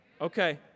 Okay